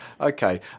Okay